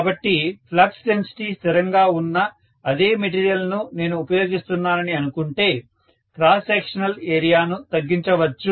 కాబట్టి flux density స్థిరంగా ఉన్న అదే మెటీరియల్ ను నేను ఉపయోగిస్తున్నానని అనుకుంటే క్రాస్ సెక్షనల్ ఏరియాను తగ్గించవచ్చు